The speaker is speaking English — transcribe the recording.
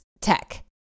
tech